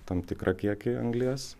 tam tikrą kiekį anglies